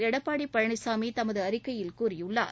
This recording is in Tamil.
எடப்பாடி பழனிசாமி தமது அறிக்கையில் கூறியுள்ளார்